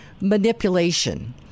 manipulation